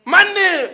Money